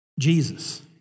Jesus